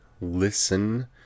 listen